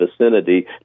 Vicinity